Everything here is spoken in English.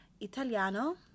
Italiano